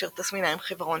אשר תסמיניה הם חיוורון,